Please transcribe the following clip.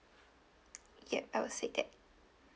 yup I will say that